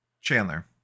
Chandler